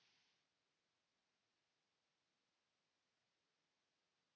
Kiitos.